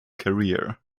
career